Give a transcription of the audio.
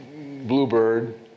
Bluebird